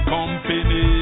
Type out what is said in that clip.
Company